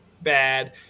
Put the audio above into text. bad